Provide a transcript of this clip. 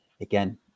again